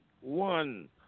one